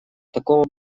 такого